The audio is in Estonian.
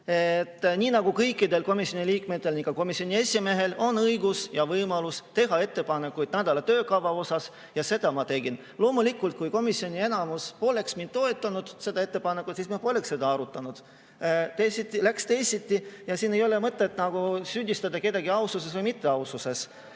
Nii nagu kõikidel komisjoni liikmetel, on ka komisjoni esimehel õigus ja võimalus teha ettepanekuid nädala töökava kohta ja seda ma tegin. Loomulikult, kui komisjoni enamus poleks toetanud seda ettepanekut, siis me poleks seda arutanud. Läks teisiti ja siin ei ole mõtet süüdistada kedagi mitteaususes.